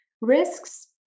risks